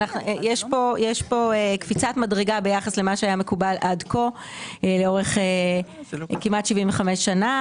יש פה קפיצת מדרגה ביחס למה שהיה מקובל עד כה לאורך כמעט 75 שנים.